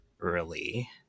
early